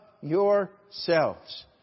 yourselves